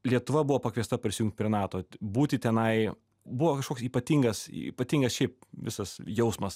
lietuva buvo pakviesta prisijungt prie nato būti tenai buvo kažkoks ypatingas ypatingas šiaip visas jausmas